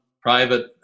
private